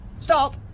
Stop